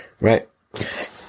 Right